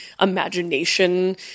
imagination